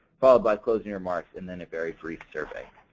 followed by closing remarks and then a very brief survey.